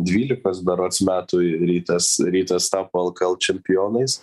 dvylikos berods metų rytas rytas tapo lkl čempionais